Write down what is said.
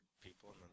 people